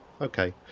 okay